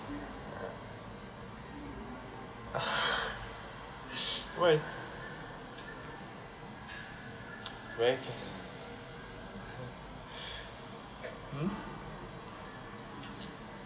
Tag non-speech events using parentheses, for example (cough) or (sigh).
(laughs) why (noise) !huh! ah